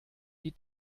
die